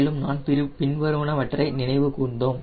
மேலும் நாம் பின்வருவனவற்றை நினைவு கூர்ந்தோம்